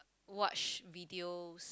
watch videos